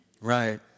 Right